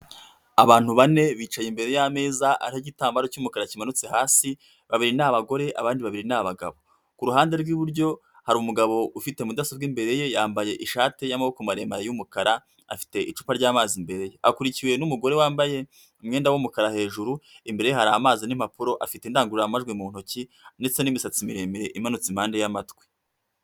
Abantu bane bicaye imbere y'ameza ariho igitambaro cy'umukara kimanutse hasi, babiri ni abagore, abandi babiri ni n'abagabo. Ku ruhande rw'iburyo hari umugabo ufite mudasobwa imbere ye, yambaye ishati y'amaboko maremare y'umukara, afite icupa ry'amazi imbere ye, akurikiwe n'umugore wambaye umwenda w'umukara hejuru, imbere ye hari amazi n'impapuro, afite indangururamajwi mu ntoki ndetse n'imisatsi miremire imananutse impande y'amatwi.